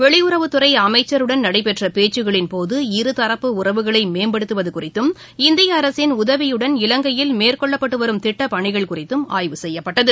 வெளியுறவுத்துறைஅமைச்சருடன் நடைபெற்றபேச்சுக்களின்போது உறவுகளைமேம்படுத்துவதுகுறித்தும் இந்திய அரசின் உதவியுடன் இவங்கையில் இருதரப்பு மேற்கொள்ளப்பட்டுவரும் திட்டப்பணிகள் குறித்தும் ஆய்வு செய்யப்பட்டது